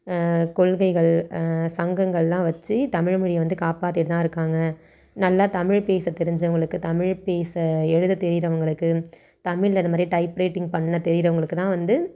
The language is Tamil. கொள்கைகள் சங்கங்களெலாம் வச்சு தமிழ்மொழியை வந்து காப்பாற்றிட்டுதான் இருக்காங்க நல்லா தமிழ் பேச தெரிஞ்சவங்களுக்கு தமிழ் பேச எழுத தெரியிறவங்களுக்கு தமிழில் இது மாதிரியே டைப்ரைட்டிங் பண்ண தெரிகிறவங்களுக்குதான் வந்து